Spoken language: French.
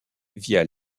via